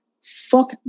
fuck